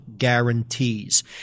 Guarantees